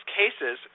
cases